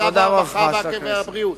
הרווחה והבריאות.